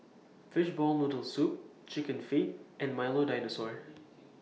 Fishball Noodle Soup Chicken Feet and Milo Dinosaur